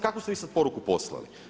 Kakvu ste vi sad poruku poslali?